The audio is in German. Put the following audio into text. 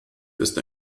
ist